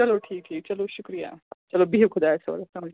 چلو ٹھیٖک ٹھیٖک چلو شُکریہ چلو بِہِو خۄدایَس حوالہٕ السلام